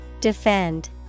Defend